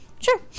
sure